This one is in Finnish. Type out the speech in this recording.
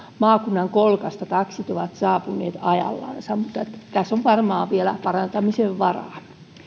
maakunnan kolkasta taksit ovat saapuneet ajallansa mutta tässä on varmaan vielä parantamisen varaa